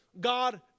God